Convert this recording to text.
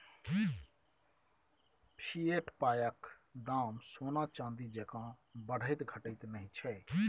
fiat पायक दाम सोना चानी जेंका बढ़ैत घटैत नहि छै